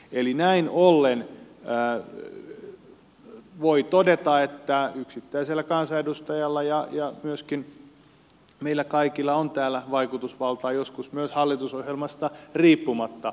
eli näin ollen voi todeta että yksittäisellä kansanedustajalla ja myöskin meillä kaikilla on täällä vaikutusvaltaa joskus myös hallitusohjelmasta riippumatta